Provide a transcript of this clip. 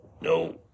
No